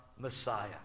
Messiah